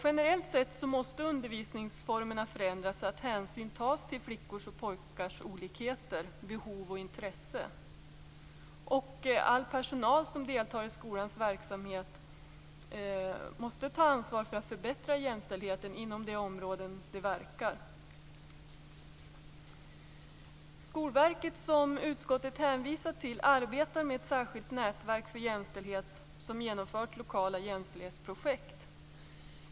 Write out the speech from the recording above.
Generellt sett måste undervisningsformerna förändras så att hänsyn tas till flickors och pojkars olikheter, behov och intresse. All personal som deltar i skolans verksamhet måste ta ansvar för att förbättra jämställdheten inom de områden de verkar. Skolverket, som utskottet hänvisar till, arbetar med ett särskilt nätverk för jämställdhet som genomfört lokala jämställdhetsprojekt.